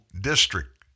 District